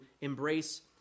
embrace